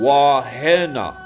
Wahena